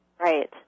right